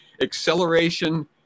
acceleration